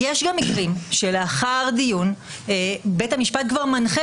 יש גם מקרים שלאחר דיון בית המשפט כבר מנחה